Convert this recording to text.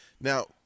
now